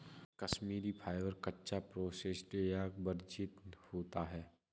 Kashmiri fibre, कच्चा, processed या virgin होता है